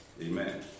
Amen